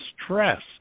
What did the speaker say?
stress